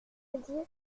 dit